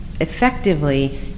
effectively